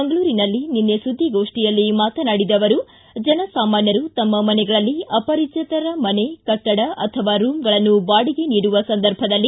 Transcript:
ಮಂಗಳೂರಿನಲ್ಲಿ ನಿನ್ನೆ ಸುದ್ದಿಗೋಷ್ಠಿಯಲ್ಲಿ ಮಾತನಾಡಿದ ಅವರು ಜನಸಾಮಾನ್ಯರು ತಮ್ಮ ಮನೆಗಳಲ್ಲಿ ಅಪರಿಚಿತರಿಗೆ ಮನೆ ಕಟ್ಟಡ ಅಥವಾ ರೂಂಗಳನ್ನು ಬಾಡಿಗೆ ನೀಡುವ ಸಂದರ್ಭದಲ್ಲಿ